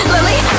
Lily